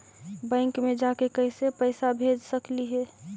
Bank मे जाके कैसे पैसा भेज सकली हे?